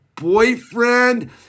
boyfriend